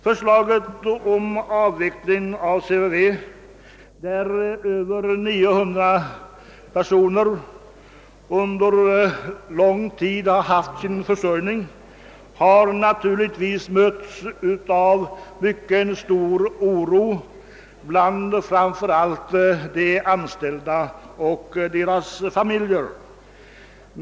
Förslaget om avveckling av CVV, där över 900 personer under lång tid haft sin försörjning, har naturligtvis orsakat mycket stor oro, framför allt bland de anställda och deras familjer.